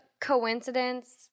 coincidence